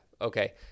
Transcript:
Okay